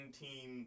team